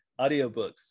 audiobooks